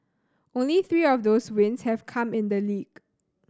only three of those wins have come in the league